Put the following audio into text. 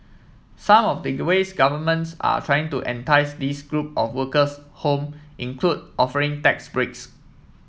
some of ways governments are trying to entice this group of workers home include offering tax breaks